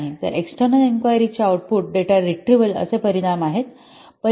तर external inquiry चे output data retrieval असे परिणाम आहे